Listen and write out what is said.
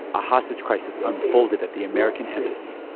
a hostage crisis unfolded at the american embassy